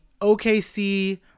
OKC